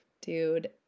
dude